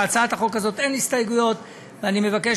להצעת החוק הזאת אין הסתייגויות ואני מבקש